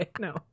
no